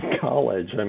College